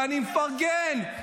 ואני מפרגן,